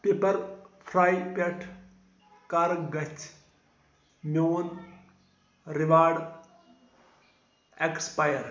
paper فرٛاے پٮ۪ٹھٕ کَر گژھِ میٛون ریوارڑ ایکسپایر